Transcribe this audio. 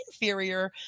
inferior